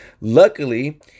Luckily